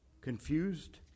confused